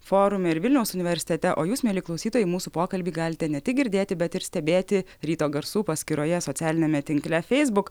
forume ir vilniaus universitete o jūs mieli klausytojai mūsų pokalbį galite ne tik girdėti bet ir stebėti ryto garsų paskyroje socialiniame tinkle feisbuk